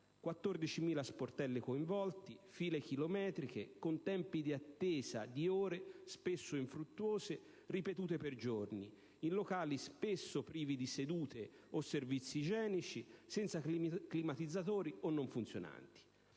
14.000 sportelli coinvolti, file chilometriche, con tempi di attesa di ore, spesso infruttuose e ripetute per giorni, in locali spesso privi di sedute o di servizi igienici, senza climatizzatori o non funzionanti.